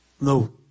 No